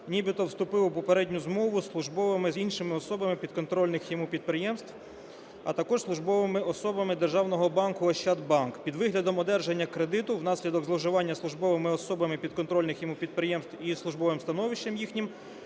нібито вступив у попередню змову із службовими, із іншими особами підконтрольних йому підприємств, а також службовими особами державного банку "Ощадбанк", під виглядом одержання кредиту внаслідок зловживання службовими особами підконтрольних йому підприємств і службовим становищем їхнім